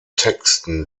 texten